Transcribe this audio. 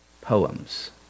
poems